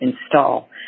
install